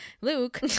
Luke